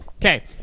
Okay